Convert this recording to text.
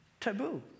taboo